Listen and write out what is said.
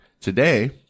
Today